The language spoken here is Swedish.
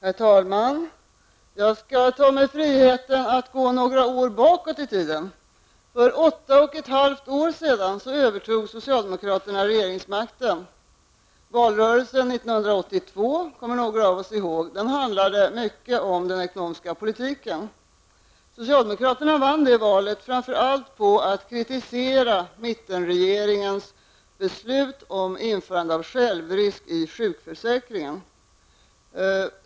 Herr talman! Jag skall ta mig friheten att gå några år bakåt i tiden. För åtta och ett halvt år sedan övertog socialdemokraterna regeringsmakten. Valrörelsen år 1982 kommer några av oss ihåg. Den handlade mycket om den ekonomiska politiken. Socialdemokraterna vann valet framför allt på att kritisera mittenregeringens beslut om införande av självrisk i sjukförsäkringen.